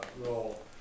roll